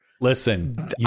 Listen